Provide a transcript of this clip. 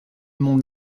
mon